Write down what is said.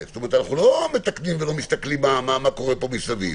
אנחנו לא מתקנים ולא מסתכלים מה קורה פה מסביב.